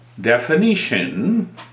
definition